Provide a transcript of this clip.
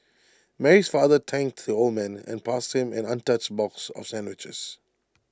Mary's father thanked the old man and passed him an untouched box of sandwiches